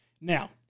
Now